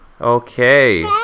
Okay